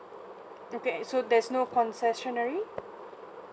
okay so there's no concessionary